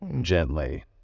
gently